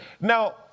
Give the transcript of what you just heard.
Now